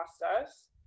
process